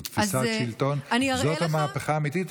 זו תפיסת שלטון, זו המהפכה האמיתית.